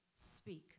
Speak